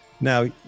now